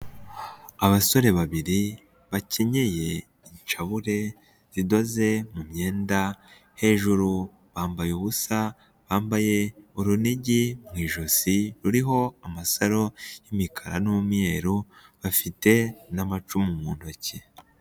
Abasore babiri bakenyeye inshabure zidoze mu myenda, hejuru bambaye ubusa, bambaye urunigi mu ijosi ruriho amasaro y'imikara n'umweru bafite n'amacumu mu ntoki.